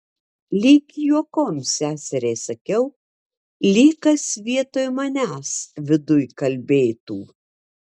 lyg juokom seseriai sakiau lyg kas vietoj manęs viduj kalbėtų